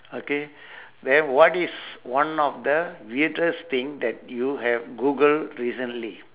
okay then what is one of the weirdest thing that you have googled recently